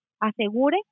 asegure